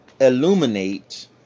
illuminate